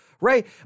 right